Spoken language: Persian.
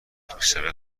دوستیابی